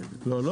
לא.